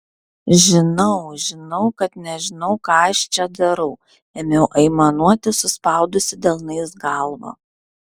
žinau žinau kad nežinau ką aš čia darau ėmiau aimanuoti suspaudusi delnais galvą